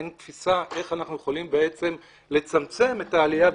אין תפיסה איך אנחנו יכולים בעצם לצמצם את העלייה,